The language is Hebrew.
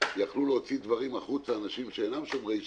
שיכלו להוציא דברים החוצה, אנשים שאינם שומרי שבת,